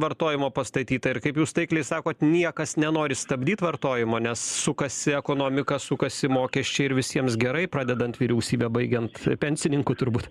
vartojimo pastatyta ir kaip jūs taikliai sakot niekas nenori stabdyti vartojimo nes sukasi ekonomika sukasi mokesčiai ir visiems gerai pradedant vyriausybe baigiant pensininku turbūt